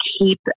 keep